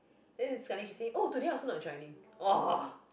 then sekali she say oh today I also not joining